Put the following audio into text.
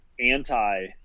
anti